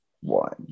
one